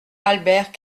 albert